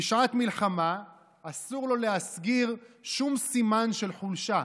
בשעת מלחמה אסור לו להסגיר שום סימן של חולשה,